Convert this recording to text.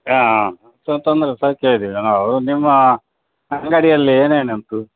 ಹಾಂ ಹಾಂ ಸ್ವ ನಾವು ನಿಮ್ಮ ಅಂಗಡಿಯಲ್ಲಿ ಏನೇನು ಉಂಟು